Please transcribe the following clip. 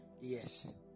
yes